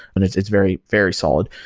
and it's it's very, very solid.